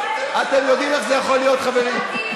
אתם יודעים איך זה יכול להיות, חברים?